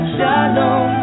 Shalom